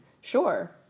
Sure